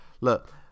Look